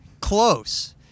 Close